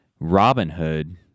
Robinhood